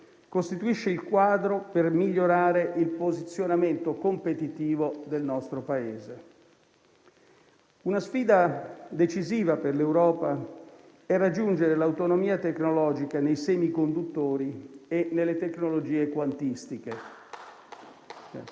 costituisce il quadro per migliorare il posizionamento competitivo del nostro Paese. Una sfida decisiva per l'Europa è raggiungere l'autonomia tecnologica nei semiconduttori e nelle tecnologie quantistiche.